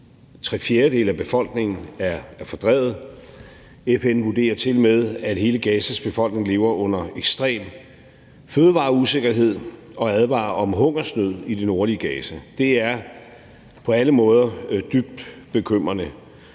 tre fjerdedele af befolkningen er fordrevet. FN vurderer tilmed, at hele Gazas befolkning lever under ekstrem fødevareusikkerhed, og advarer om hungersnød i det nordlige Gaza. Det er på alle måder dybt bekymrende.